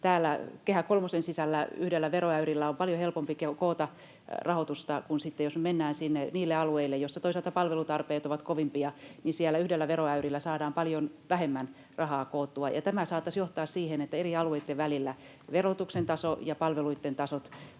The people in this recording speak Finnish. Kehä kolmosen sisällä, yhdellä veroäyrillä on paljon helpompi koota rahoitusta kuin sitten jos mennään niille alueille, joissa toisaalta palvelutarpeet ovat kovimpia: siellä yhdellä veroäyrillä saadaan paljon vähemmän rahaa koottua. Tämä saattaisi johtaa siihen, että eri alueitten välillä verotuksen taso ja palveluitten tasot